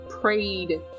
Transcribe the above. prayed